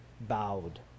Bowed